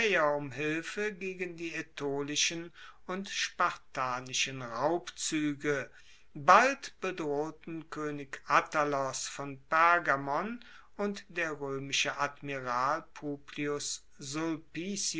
um hilfe gegen die aetolischen und spartanischen raubzuege bald bedrohten koenig attalos von pergamon und der roemische admiral